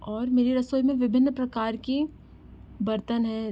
और मेरी रसोई में विभिन्न प्रकार की बर्तन हैं